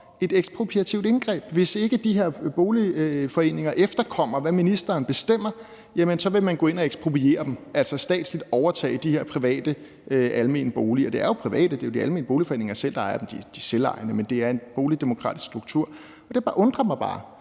et ekspropriativt indgreb. Hvis ikke de her boligforeninger efterkommer, hvad ministeren bestemmer, vil man gå ind og ekspropriere dem, altså statsligt overtage de her private almene boliger. Det er jo private, for det er de almene boligforeninger selv, der ejer dem. De er selvejende, men det er en boligdemokratisk struktur. Og det undrer mig bare.